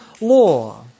law